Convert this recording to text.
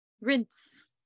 rinse